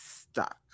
stuck